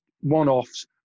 one-offs